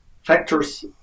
factors